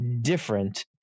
different